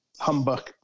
humbuck